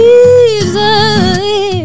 easily